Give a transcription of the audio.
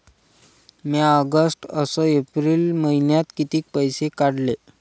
म्या ऑगस्ट अस एप्रिल मइन्यात कितीक पैसे काढले?